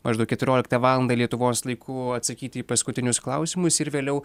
maždaug keturioliktą valandą lietuvos laiku atsakyti į paskutinius klausimus ir vėliau